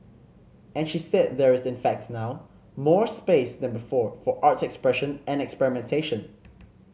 and she said there is in fact now more space than before for arts expression and experimentation